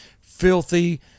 filthy